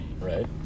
right